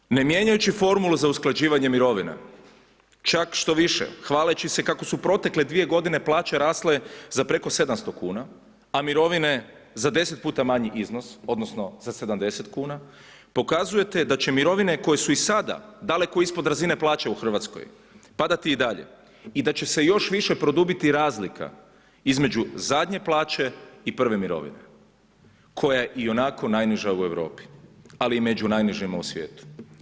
Drugo, ne mijenjajući formulu za usklađivanje mirovina, čak što više hvaleći se kako su protekle dvije godine plaće rasle za preko 700 kuna, a mirovine za 10 puta manji iznos odnosno za 70 kuna, pokazujete da će mirovine koje su i sada daleko ispod razine plaće u Hrvatskoj padati i dalje i da će se još više produbiti razlika između zadnje plaće i prve mirovine koja je ionako najniža u Europi, ali i među najnižima u svijetu.